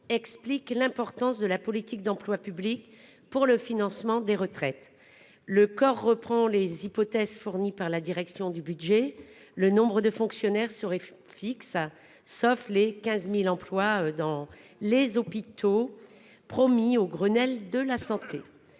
explique l'importance de la politique d'emplois publics pour le financement des retraites. Le corps reprend les hypothèses fournis par la direction du budget, le nombre de fonctionnaires sur fixe sauf les 15.000 emplois dans les hôpitaux. Promis au Grenelle de la santé,